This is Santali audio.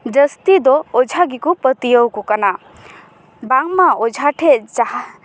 ᱡᱟᱹᱥᱛᱤ ᱫᱚ ᱚᱡᱷᱟ ᱜᱮᱠᱚ ᱯᱟᱹᱛᱭᱟᱹᱣ ᱠᱚ ᱠᱟᱱᱟ ᱵᱟᱝᱢᱟ ᱚᱡᱷᱟᱴᱷᱮᱡ ᱡᱟᱦᱟᱸ